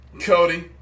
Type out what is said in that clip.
Cody